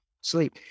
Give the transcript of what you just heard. sleep